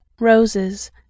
Roses